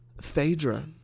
Phaedra